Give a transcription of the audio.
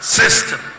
system